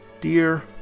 Dear